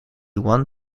one